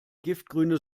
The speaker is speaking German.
giftgrüne